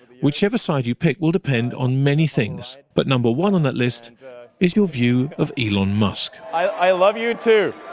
whichever side you pick will depend on many things, but number one on that list is your view of elon musk. i love you too.